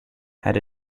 had